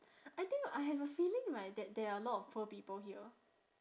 I think I have a feeling right that there are a lot of poor people here